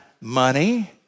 money